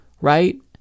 right